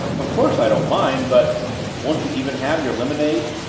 of course i don't mind but won't you even have your lemonade?